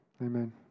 Amen